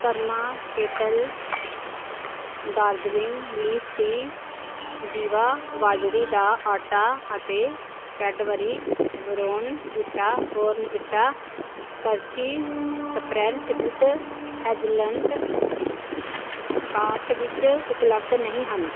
ਕਰਮਾ kettle Darjeeling leaf tea Jiva ਬਾਜਰੀ ਦਾ ਆਟਾ ਅਤੇ ਕੈਡਬਰੀ ਵਰੋਨਬੀਟਾ ਬੋਰਨਵੀਟਾ ਪਰੰਚੀ ਸਪਰੈਂਟ ਵਿਦ ਹੈੈਜਲਨਟ ਕਾਰਟ ਵਿੱਚ ਉਪਲੱਬਧ ਨਹੀਂ ਹਨ